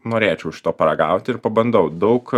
norėčiau šito paragauti ir pabandau daug